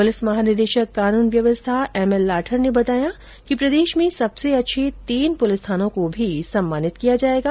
police महानिदेशक कानून व्यवस्था एम एल लाठर ने बताया कि प्रदेश में सबसे अच्छे तीन पुलिस थानों को भी सम्मानित किया जायेगा